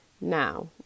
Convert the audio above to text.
Now